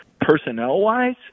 personnel-wise